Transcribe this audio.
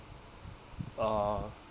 uh